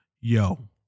yo